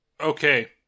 Okay